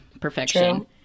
perfection